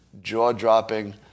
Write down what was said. jaw-dropping